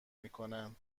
میکنن